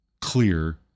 clear